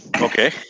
Okay